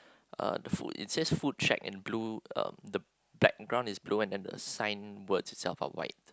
uh the foot it says foot track and blue um the background is blue and then the sign words itself are white